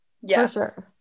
yes